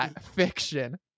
fiction